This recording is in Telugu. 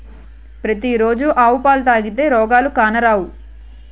పతి రోజు ఆవు పాలు తాగితే రోగాలు కానరావు